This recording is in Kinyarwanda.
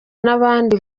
n’abandi